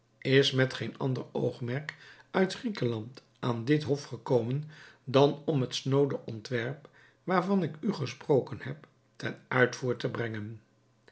is met geen ander oogmerk uit griekenland aan dit hof gekomen dan om het snoode ontwerp waarvan ik u gesproken heb ten uitvoer te brengen